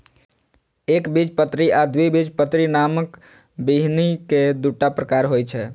एकबीजपत्री आ द्विबीजपत्री नामक बीहनि के दूटा प्रकार होइ छै